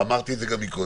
אמרתי את זה גם מקודם.